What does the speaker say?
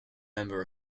member